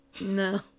No